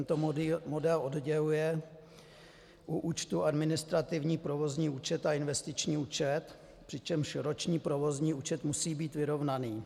Tento model odděluje u účtu administrativní provozní účet a investiční účet, přičemž roční provozní účet musí být vyrovnaný.